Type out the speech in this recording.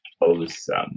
awesome